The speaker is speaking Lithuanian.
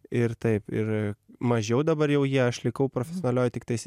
ir taip ir mažiau dabar jau jie aš likau profesionalioj tiktais